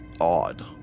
odd